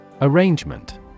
Arrangement